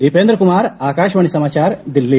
दीपेंद्र कुमार आकाशवाणी समाचार दिल्ली